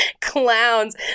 clowns